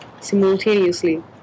simultaneously